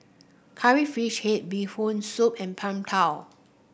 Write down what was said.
Curry Fish Head Bee Hoon Soup and Png Tao